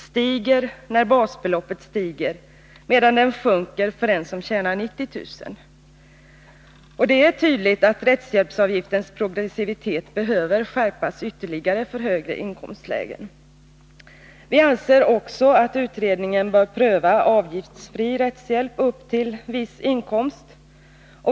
stiger i takt med att basbeloppet stiger, medan den sjunker för en som tjänar 90 000 kr. Det är tydligt att rättshjälpsavgiftens progressivitet behöver skärpas ytterligare när det gäller högre inkomstlägen. Vi anser också att utredningen bör pröva avgiftsfri rättshjälp upp till viss inkomst.